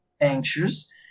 anxious